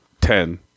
ten